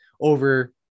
over